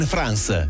France